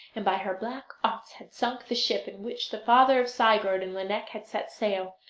and by her black arts had sunk the ship in which the father of sigurd and lineik had set sail.